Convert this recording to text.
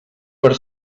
per